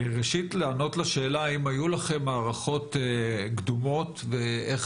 ראשית לענות לשאלה האם היו לכם הערכות קודמות ואיך